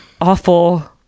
awful